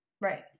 right